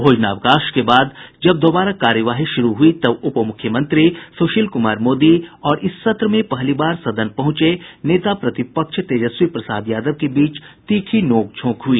भोजनावकाश के बाद जब दोबारा कार्यवाही शुरू हुई तब उप मुख्यमंत्री सुशील कुमार मोदी और इस सत्र में पहली बार सदन पहुंचे नेता प्रतिपक्ष तेजस्वी प्रसाद यादव के बीच तीखी नोकझोंक हुई